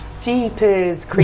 Jeepers